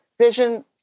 vision